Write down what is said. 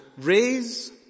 raise